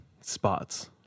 spots